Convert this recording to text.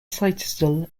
cytosol